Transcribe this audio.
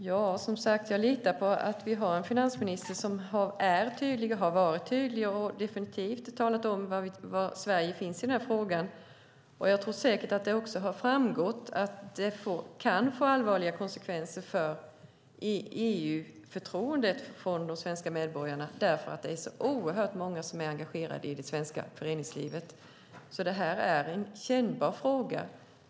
Herr talman! Jag litar på att vi har en finansminister som är tydlig och har varit tydlig och definitivt har talat om var Sverige står i den här frågan. Jag tror säkert att det också har framgått att det kan få allvarliga konsekvenser för EU-förtroendet från de svenska medborgarna därför att det är så oerhört många som är engagerade i det svenska föreningslivet. Det här är alltså en kännbar fråga.